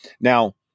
Now